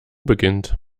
beginnt